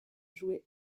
jouer